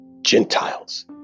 Gentiles